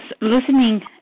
Listening